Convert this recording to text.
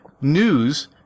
news